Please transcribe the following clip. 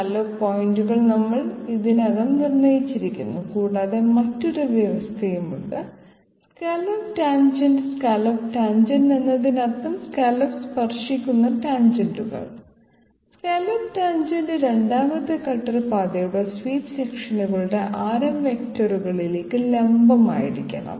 scallop പോയിന്റുകൾ ഇതിനകം നിർണ്ണയിച്ചിരിക്കുന്നു കൂടാതെ മറ്റൊരു വ്യവസ്ഥയുണ്ട് സ്കല്ലോപ്പ് ടാൻജെന്റ് സ്കല്ലോപ്പ് ടാൻജെന്റ് എന്നതിനർത്ഥം സ്കല്ലോപ്പിന് സ്പർശിക്കുന്ന ടാൻജെന്റുകൾ സ്കല്ലോപ്പ് ടാൻജെന്റ് രണ്ടാമത്തെ കട്ടർ പാതയുടെ സ്വീപ്പ് സെക്ഷനുകളുടെ ആരം വെക്റ്ററുകളിലേക്ക് ലംബമായിരിക്കണം